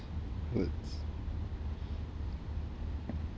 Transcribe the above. words